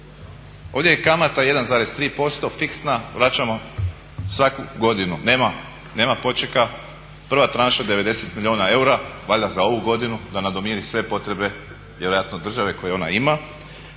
ovdje je kamata 1,3% fiksna, vraćamo svaku godinu, nema počeka, prava tranša 90 milijuna eura, valjda za ovu godinu da nadomiri sve potrebe vjerojatno države koju ona ima